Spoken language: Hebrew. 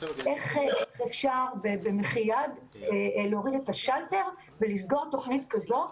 איך אפשר במחי יד להוריד את השלטר ולסגור תוכנית כזו?